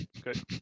good